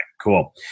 Cool